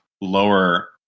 lower